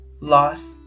Loss